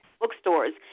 bookstores